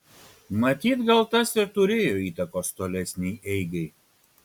matyt gal tas ir turėjo įtakos tolesnei eigai